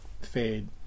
fade